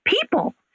people